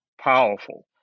powerful